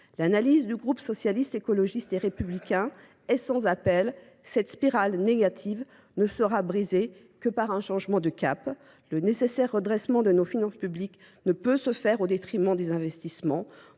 L'analyse du groupe socialiste écologiste et républicain est sans appel. Cette spirale négative ne sera brisée que par un changement de cap. Le nécessaire redressement de nos finances publiques ne peut se faire au détriment des investissements.